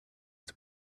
its